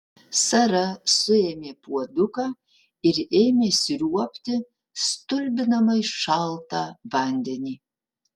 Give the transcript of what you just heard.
sara suėmė puoduką ir ėmė sriuobti stulbinamai šaltą vandenį